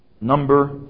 number